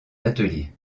ateliers